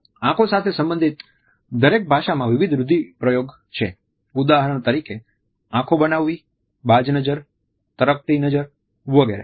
આંખો સાથે સંબંધિત દરેક ભાષામાં વિવિધ રૂઢિપ્રયોગ છે ઉદાહરણ તરીકે આંખો બનાવવી બાજ નજર તરકટી નજર વગેરે